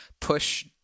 push